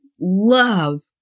love